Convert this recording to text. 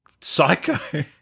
Psycho